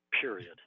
period